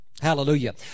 Hallelujah